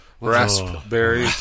Raspberry